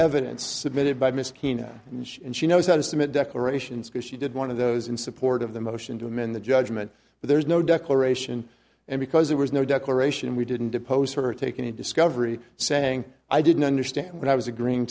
evidence submitted by miss kenya and she and she knows how to submit declarations because she did one of those in support of the motion to amend the judgement but there is no declaration and because there was no declaration and we didn't depose her taken in discovery saying i didn't understand what i was agree